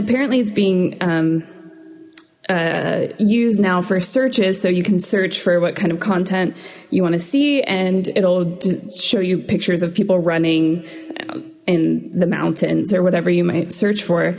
apparently it's being used now for searches so you can search for what kind of content you want to see and it'll just show you pictures of people running in the mountains or whatever you might search for